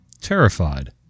terrified